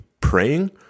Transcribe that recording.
praying